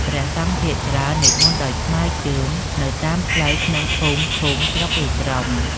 ព្រះសង្ឃភាគច្រើននិមន្តដោយថ្មើរជើង នៅតាមផ្លូវក្នុងភូមិ ឃុំ ស្រុក ឬក្រុង។